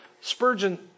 spurgeon